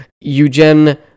Eugen